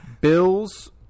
Bills